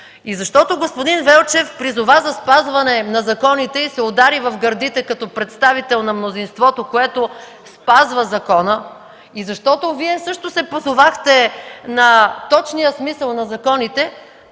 И понеже господин Велчев призова за спазването на законите и се удари в гърдите като представител на мнозинството, което спазва закона, и защото Вие също се позовахте на точния смисъл на законите,